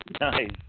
Nice